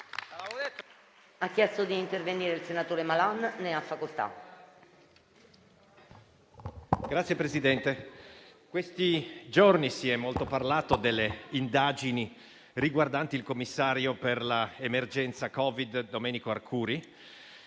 Signor Presidente, in questi giorni si è molto parlato delle indagini riguardanti il commissario per l'emergenza Covid Domenico Arcuri